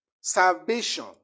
Salvation